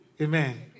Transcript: Amen